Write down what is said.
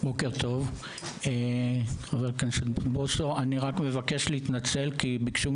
בוקר טוב, אדוני היושב-ראש, אני ניהלתי את